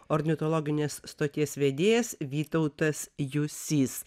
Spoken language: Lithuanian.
ornitologinės stoties vedėjas vytautas jusys